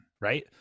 right